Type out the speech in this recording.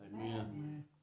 Amen